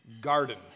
garden